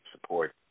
support